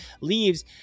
leaves